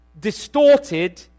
distorted